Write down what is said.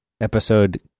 episode